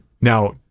now